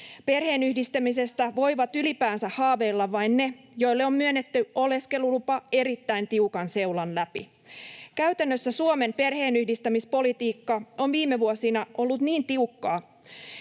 Perheenyhdistämisestä voivat ylipäänsä haaveilla vain ne, joille on myönnetty oleskelulupa erittäin tiukan seulan läpi. Käytännössä Suomen perheenyhdistämispolitiikka on viime vuosina ollut niin tiukkaa,